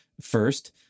first